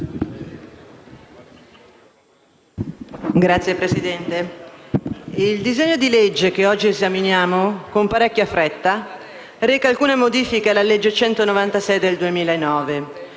Signora Presidente, il disegno di legge, che oggi esaminiamo con parecchia fretta, reca alcune modifiche alla legge n. 196 del 2009,